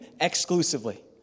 exclusively